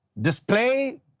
Display